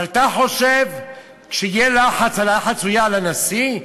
אבל אתה חושב שכשיהיה לחץ, הלחץ יהיה על הנשיא?